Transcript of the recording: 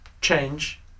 change